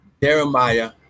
Jeremiah